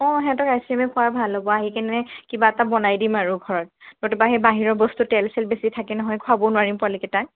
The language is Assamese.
অঁ সিহঁতক আইচ ক্ৰীমে খোৱা ভাল হ'ব আহি কেনে কিবা এটা বনাই দিম আৰু ঘৰত নতুবা সেই বাহিৰৰ বস্তু তেল চেল বেছি থাকে নহয় খোৱাবও নোৱাৰিম পোৱালি কেইটাক